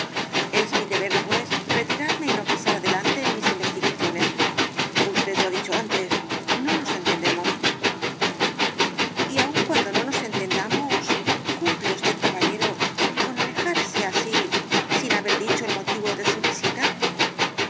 es mi deber pues retirarme y no pasar adelante en mis investigaciones usted lo ha dicho antes no nos entendemos y aun cuando no nos entendamos cumple usted caballero con alejarse así sin haber dicho el motivo de su visita